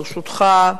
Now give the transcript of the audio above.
ברשותך,